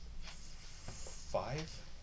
five